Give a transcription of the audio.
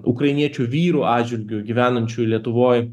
ukrainiečių vyrų atžvilgiu gyvenančių lietuvoj